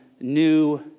new